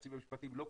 אני